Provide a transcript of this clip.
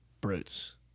Brutes